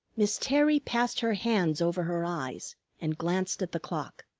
miss terry passed her hands over her eyes and glanced at the clock.